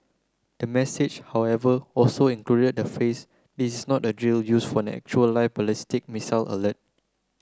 the message however also the phrase is not a drill use for an actual live ballistic missile